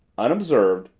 unobserved,